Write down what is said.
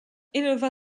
éleva